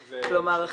כלומר,